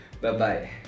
Bye-bye